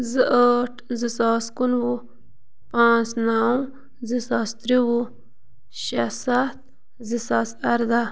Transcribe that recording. زٕ ٲٹھ زٕ ساس کُنوُہ پانٛژھ نَو زٕ ساس ترٛووُہ شےٚ ستھ زٕ ساس اَرداہ